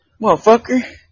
Motherfucker